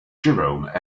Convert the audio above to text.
jerome